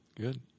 Good